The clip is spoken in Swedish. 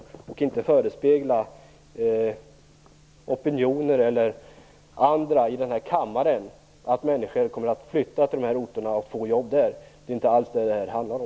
Man får inte förespegla opinioner eller andra i denna kammare att människor kommer att flytta till dessa orter och få jobb där. Det är inte alls detta det handlar om.